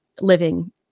living